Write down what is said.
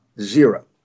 Zero